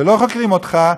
ולא חוקרים אותך,